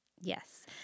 Yes